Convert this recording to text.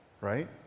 right